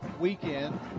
weekend